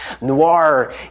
noir